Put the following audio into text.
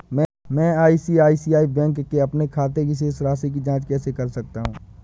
मैं ICICI bank के अपने खाते की शेष राशि की जाँच कैसे कर सकता हूँ?